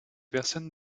personnes